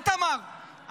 איתמר,